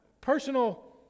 personal